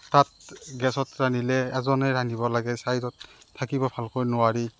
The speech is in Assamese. তাত গেছত ৰান্ধিলে এজনে ৰান্ধিব লাগে চাইডত থাকিব ভালকৈ নোৱাৰি